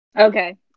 Okay